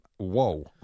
Whoa